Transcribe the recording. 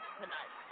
tonight